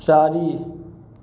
चारि